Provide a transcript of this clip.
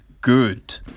good